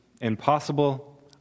impossible